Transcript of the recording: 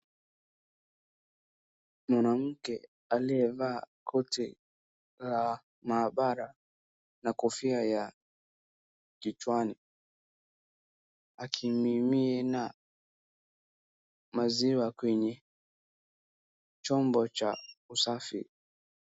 Mwanamke aliyevaa koti la maabara na kofia ya kichwani akimimina maziwa kwenye chombo cha usafi.